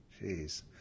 Jeez